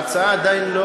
ההצעה עדיין,